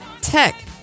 Tech